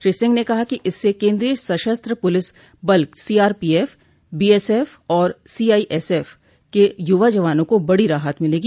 श्री सिंह ने कहा कि इससे केंद्रीय सशस्त्र पुलिस बल सीआरपीएफ बीएसएफ और सीआईएसएफ के युवा जवानों को बड़ी राहत मिलेगी